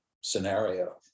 scenario